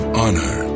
honor